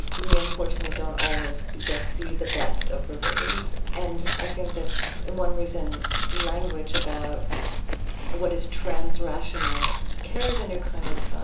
we unfortunately don't always just see the best of religions, and i think that one reason language about what is transrational carries a new kind of